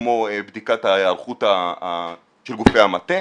כמו בדיקת ההערכות של גופי המטה.